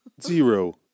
zero